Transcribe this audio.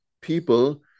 people